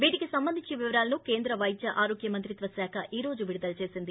వీటికి సంబంధించిన వివరాలను కేంద్ర వైద్య ఆరోగ్య మంత్రిత్వ శాఖ ఈ రోజు విడుదల చేసింది